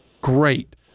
Great